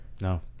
No